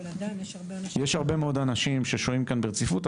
אבל עדיין יש הרבה אנשים --- יש הרבה מאוד אנשים ששוהים כאן ברציפות,